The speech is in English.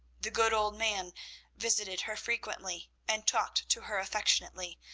the good old man visited her frequently and talked to her affectionately,